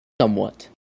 somewhat